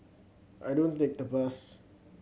I don't take the bus